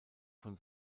von